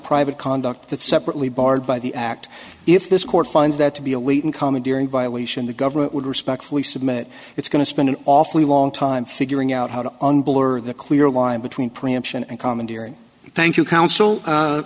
private conduct that separately barred by the act if this court finds that to be a legal commandeering violation the government would respectfully submit it's going to spend an awfully long time figuring out how to on blur the clear line between preemption and commandeering thank you counsel